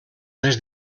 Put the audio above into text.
les